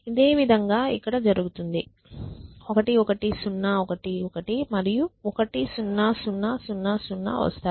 ఇదే విధంగా ఇక్కడ జరుగుతుంది 1 1 0 1 1 మరియు 1 0 0 0 0 వస్తాయి